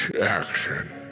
action